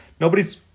nobody's